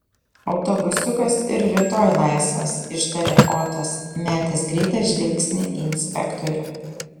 autobusiukas ir rytoj laisvas ištarė otas metęs greitą žvilgsnį į inspektorių